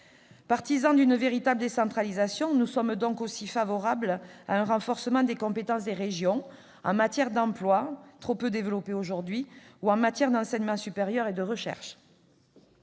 Partisans d'une véritable décentralisation, nous sommes aussi favorables à un renforcement des compétences des régions en matière d'emploi, trop peu développées aujourd'hui, ou en matière d'enseignement supérieur et de recherche.